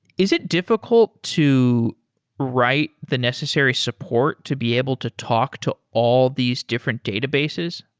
is it difficult to write the necessary support to be able to talk to all these different databases?